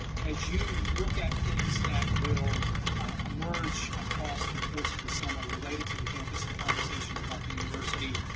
as you look at things that will emerge across the course of the summer related to the campus and conversations about the university,